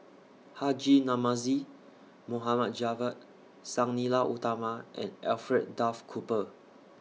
Haji Namazie Mohd Javad Sang Nila Utama and Alfred Duff Cooper